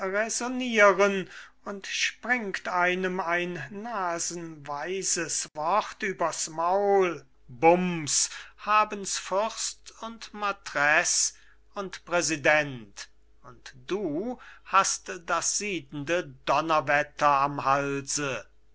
räsonnieren und springt einem ein nasenweises wort übers maul bumbs haben's fürst und mätreß und präsident und du hast das siedende donnerwetter am halse